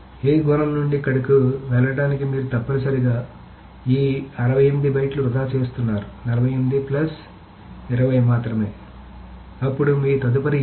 కాబట్టి A గుణం నుండి ఇక్కడకు వెళ్లడానికి మీరు తప్పనిసరిగా ఈ 68 బైట్లు వృధా చేస్తున్నారు మాత్రమే అప్పుడు మీరు తదుపరి A